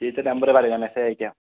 ടീച്ചറുടെ നമ്പർ പറയു ഞാൻ മെസ്സേജ് അയക്കാം